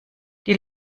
die